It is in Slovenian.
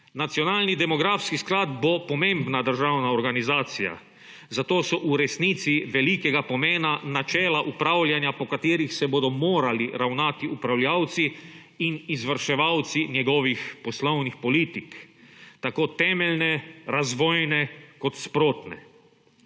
Nacionalni demografski sklad bo pomembna državna organizacija, zato so v resnici velikega pomena načela upravljanja, po katerih se bodo morali ravnati upravljavci in izvrševalci njegovih poslovnih politik, tako temeljne, razvojne kot sprotne.